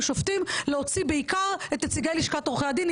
שופטים להוציא בעיקר את נציגי לשכת עורכי הדין.